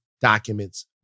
documents